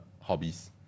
hobbies